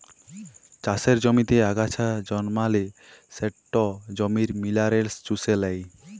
চাষের জমিতে আগাছা জল্মালে সেট জমির মিলারেলস চুষে লেই